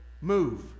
move